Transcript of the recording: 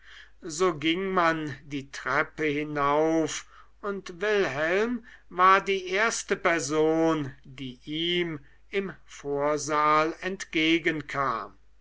so ging man die treppe hinauf und wilhelm war die erste person die ihm im vorsaal entgegenkam